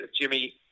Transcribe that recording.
Jimmy